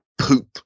poop